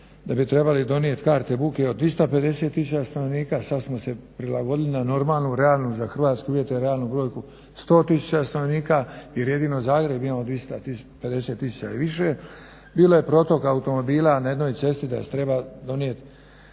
da bi trebali donijeti karte buke od 250 tisuća stanovnika sad smo se prilagodili na normalnu, za hrvatske uvjete realnu brojku 100 tisuća stanovnika jer jedino Zagreb ima 250 tisuća i više. Bilo je protok automobila na jednoj cesti da se treba donijeti